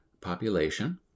population